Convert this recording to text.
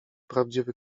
prawdziwy